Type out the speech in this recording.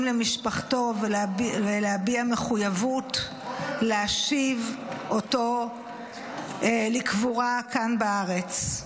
למשפחתו ולהביע מחויבות להשיב אותו לקבורה כאן בארץ.